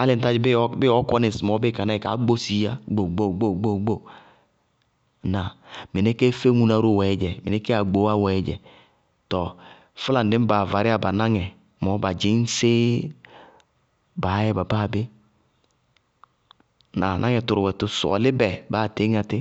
Álɩ ŋ tá dzɩŋ bíɩ ɔɔ bíɩ ɔɔ kɔní ŋsɩmɔɔ, bíɩ ka ná ɩ kaá gbosiií yá gbóo gbóo gbóo gbóo. Mɩnɛ kéé féŋuná ró wɛɛ dzɛ, mɩnɛɛ agbowá wɛɛ dzɛ, tɔɔ fʋlaŋɖɩñbaa varíyá ba náŋɛ mɔɔ ba dzɩñ séé baá yɛ ba báa bé. Ŋnáa? Ba náŋɛ tʋrʋ, tʋ sɔɔlí bɛ, baáa téñŋá tí,